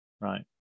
right